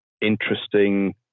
interesting